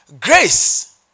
Grace